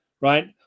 right